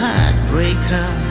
Heartbreaker